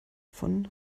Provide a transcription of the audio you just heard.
von